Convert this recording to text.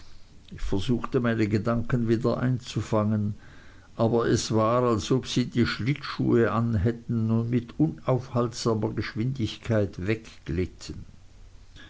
ich versuchte meine gedanken wieder einzufangen aber es war als ob sie schlittschuhe an hätten und mit unaufhaltsamer geschwindigkeit